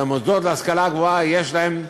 והמוסדות להשכלה גבוהה יש להם,